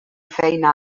feina